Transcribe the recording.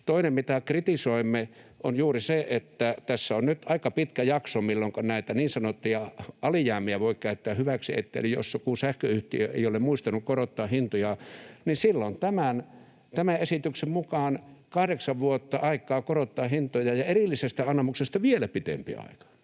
Toinen, mitä kritisoimme, on juuri se, että tässä on nyt aika pitkä jakso, milloinka näitä niin sanottuja alijäämiä voi käyttää hyväksi. Eli jos joku sähköyhtiö ei ole muistanut korottaa hintojaan, niin sillä on tämän esityksen mukaan kahdeksan vuotta aikaa korottaa hintoja ja erillisestä anomuksesta vielä pitempi aika,